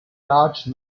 large